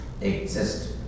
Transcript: exist